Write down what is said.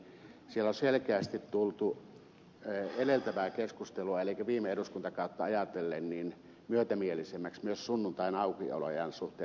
siellä on selkeästi tultu edeltävää keskustelua elikkä viime eduskuntakautta ajatellen myötämielisemmiksi myös sunnuntain aukioloajan suhteen